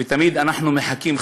ותמיד אנחנו מחכים,